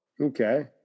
okay